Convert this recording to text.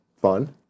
fun